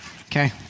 Okay